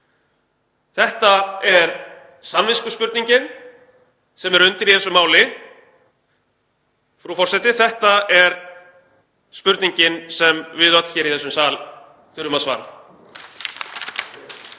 Þetta er samviskuspurningin sem er undir í þessu máli. Frú forseti. Þetta er spurningin sem við öll hér í þessum sal þurfum að svara.